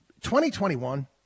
2021